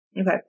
Okay